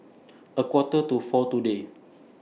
A Quarter to four today